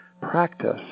practice